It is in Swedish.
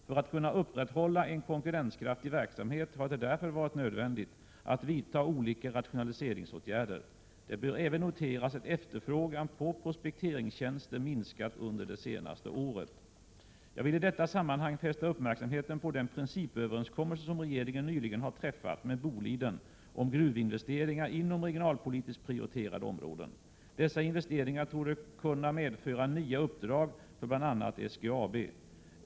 För att kunna upprätthålla en konkurrenskraftig verksamhet har det därför varit nödvändigt att vidta olika rationaliseringsåtgärder. Det bör även noteras att efterfrågan på prospekteringstjänster minskat under det senaste året. Jag vill i detta sammanhang fästa uppmärksamheten på den principöverenskommelse som regeringen nyligen har träffat med Boliden om gruvinvesteringar inom regionalpolitiskt prioriterade områden. Dessa investeringar torde kunna medföra nya uppdrag för bl.a. SGAB.